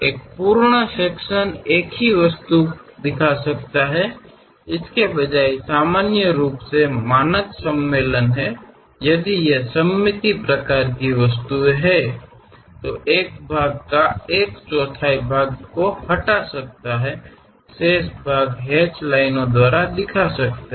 एक पूर्ण सेक्शन एक ही वस्तु दिखा सकता है इसके बजाय सामान्य रूप से मानक सम्मेलन है यदि ये सममित प्रकार की वस्तुएं हैं तो एक भाग का एक चौथाई भाग को हटा सकता है शेष भाग एक हैच लाइनों द्वारा दिखा शकते है